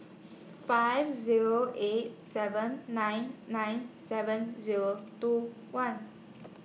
five Zero eight seven nine nine seven Zero two one